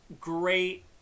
great